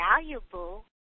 valuable